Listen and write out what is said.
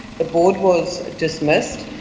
the board was dismissed,